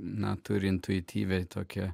na turi intuityviai tokie